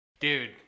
Dude